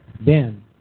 Ben